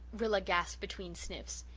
rilla gasped between sniffs.